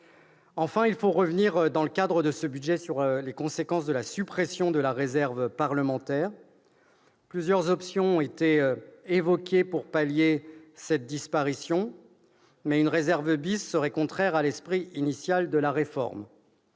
Enfin, il faut revenir dans le cadre de ce budget sur les conséquences de la suppression de la réserve parlementaire. Eh oui ! Plusieurs options ont été évoquées pour pallier cette disparition, mais une réserve serait contraire à l'esprit initial de la réforme.